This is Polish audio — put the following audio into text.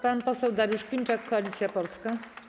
Pan poseł Dariusz Klimczak, Koalicja Polska.